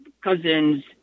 cousins